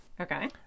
Okay